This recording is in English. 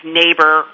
neighbor